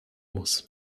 muss